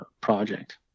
project